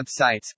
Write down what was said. websites